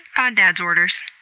poddad's orders.